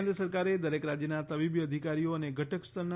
કેન્દ્ર સરકારે દરેક રાજ્યના તબીબી અધિકારીઓ અને ઘટક સ્તરના